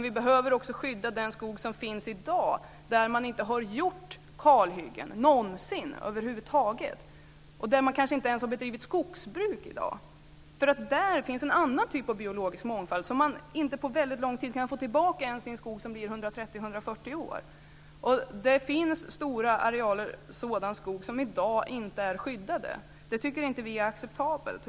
Vi behöver skydda också den skog som finns i dag och där man över huvud taget inte har gjort kalhygge och där man kanske inte ens har bedrivit skogsbruk. Där finns en annan typ av biologisk mångfald som man inte på väldigt lång tid kan få tillbaka ens i en skog som blir 130-140 år. Det finns stora arealer sådan skog som i dag inte är skyddad. Det tycker inte vi är acceptabelt.